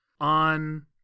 on